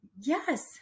yes